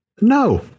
No